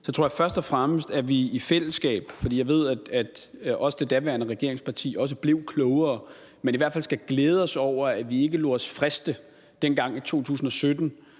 tror jeg først og fremmest, at vi i fællesskab – og jeg ved, at også det daværende regeringsparti er blevet klogere – skal glæde os over, at vi ikke dengang i 2017